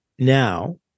Now